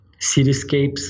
cityscapes